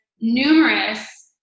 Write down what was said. numerous